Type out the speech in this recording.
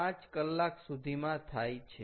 5 કલાક સુધીમાં થાય છે